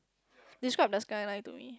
describe the skyline to me